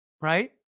right